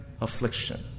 affliction